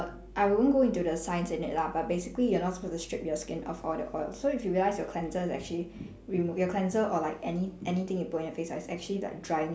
I won't go into the science in it lah but basically you're not supposed to strip your skin off all the oil so if you realised your cleanser is actually remove your cleanser or like any anything you put on your face is actually like drying